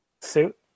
Suit